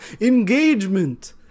engagement